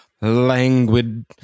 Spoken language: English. languid